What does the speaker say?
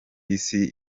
isi